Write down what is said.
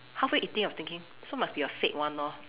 halfway eating I was thinking so must be a fake one lor